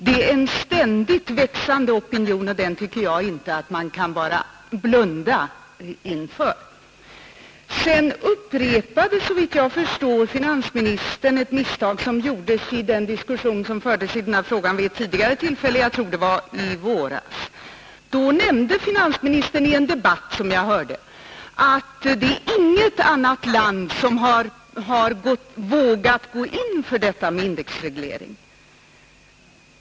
Det finns en ständigt växande opinion, och den i skattesystemet tycker jag inte att man kan bara blunda inför. genom indexreg Sedan upprepade, såvitt jag förstår, finansministern ett misstag som lering gjordes i den diskussion som fördes i den här frågan vid ett tidigare tillfälle; jag tror det var i våras. Då nämnde finansministern i en debatt, som jag hörde, att inget annat land har vågat gå in för detta med indexreglering.